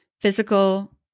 physical